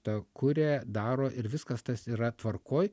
tą kuria daro ir viskas tas yra tvarkoj